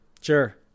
Sure